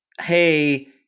hey